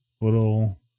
Little